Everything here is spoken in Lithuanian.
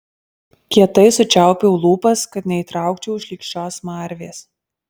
kietai sučiaupiau lūpas kad neįtraukčiau šlykščios smarvės